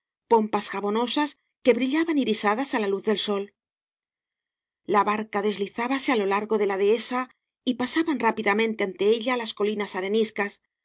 pompas jabonosas que brillaban irisadas á la luz del sol la barca deslizábase á lo largo de la dehesa gañas y barro y pasaban rápidamente ante ella las colinas areniscas